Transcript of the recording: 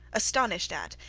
astonished at,